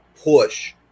push